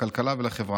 לכלכלה ולחברה.